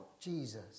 Jesus